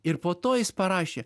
ir po to jis parašė